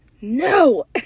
no